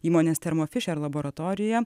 įmonės termofischer laboratorija